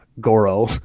Goro